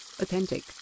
authentic